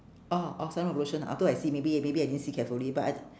orh orh sunblock lotion afterward I see maybe maybe I didn't see carefully but I